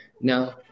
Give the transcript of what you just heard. Now